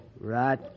Right